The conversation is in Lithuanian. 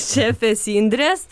šefės indrės